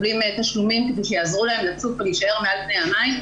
תשלומים כדי שיעזרו להם לצוף ולהישאר מעל פני המים,